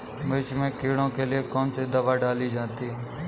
मिर्च में कीड़ों के लिए कौनसी दावा डाली जाती है?